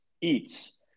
eats